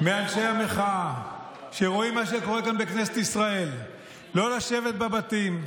מאנשי המחאה שרואים מה שקורה כאן בכנסת ישראל לא לשבת בבתים,